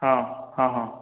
ହଁ ହଁ ହଁ